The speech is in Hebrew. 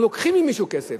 אנחנו לוקחים ממישהו כסף.